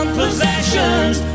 possessions